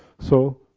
so,